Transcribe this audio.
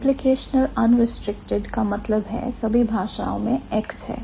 Implicational unrestricted का मतलब है सभी भाषाओं में X है